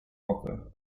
walker